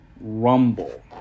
Rumble